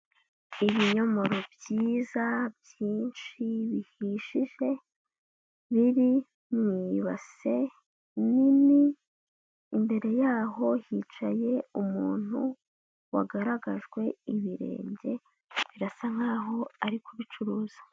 Ibinyomoro byiza byinshi bihishije, biri mu ibase nini, imbere y'aho hicaye umuntu wagaragajwe ibirenge, birasa nkaho ari kubicuruza.